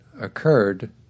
occurred